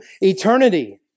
eternity